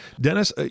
Dennis